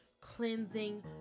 cleansing